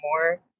more